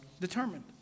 determined